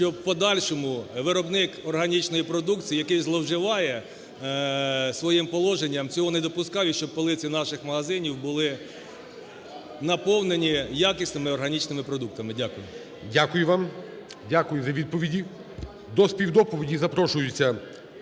щоб в подальшому виробник органічної продукції, який зловживає своїм положенням, цього не допускав і щоб полиці наших магазинів були наповнені якісними органічними продуктами. Дякую. ГОЛОВУЮЧИЙ. Дякую вам. Дякую за відповіді. До співдоповіді запрошується